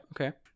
okay